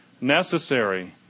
necessary